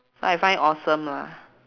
so I find it awesome lah